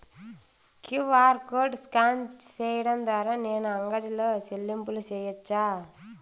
QR code scan సేయడం ద్వారా నేను అంగడి లో చెల్లింపులు సేయొచ్చా?